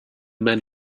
men